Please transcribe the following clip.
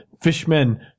fishmen